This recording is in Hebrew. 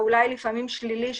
אולי לפעמים שלילי,